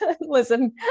listen